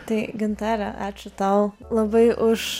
tai gintare ačiū tau labai už